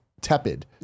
tepid